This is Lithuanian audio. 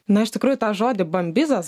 na iš tikrųjų tą žodį bambizas